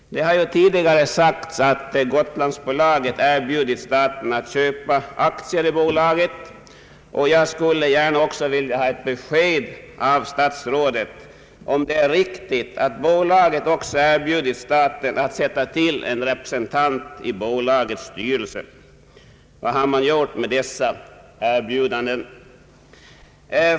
Det har tidigare sagts att Gotlandsbolaget har erbjudit staten att köpa aktier i bolaget, och jag skulle gärna vilja ha ett besked av statsrådet om det är riktigt att bolaget också har erbjudit staten att sätta till en representant i bolagets styrelse. Vad har man gjort med dessa erbjudanden?